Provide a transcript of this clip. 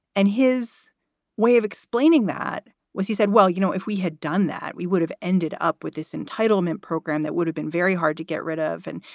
and his way of explaining that was he said, well, you know, if we had done that, we would have ended up with this entitlement program that would have been very hard to get rid of. and,